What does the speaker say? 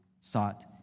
sought